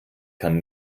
kann